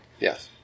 yes